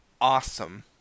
awesome